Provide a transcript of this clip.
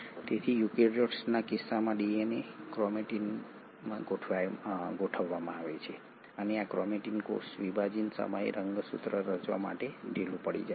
તેથી યુકેરીયોટ્સના કિસ્સામાં ડીએનએને ક્રોમેટિનમાં ગોઠવવામાં આવે છે અને આ ક્રોમેટિન કોષ વિભાજન સમયે રંગસૂત્રો રચવા માટે ઢીલું પડી જાય છે